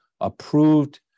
approved